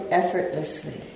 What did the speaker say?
effortlessly